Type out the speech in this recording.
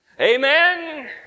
Amen